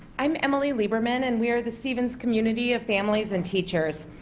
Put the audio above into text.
i'm emily lieberman, and we are the stevens community of families and teachers.